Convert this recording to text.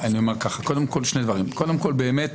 קודם כל, באמת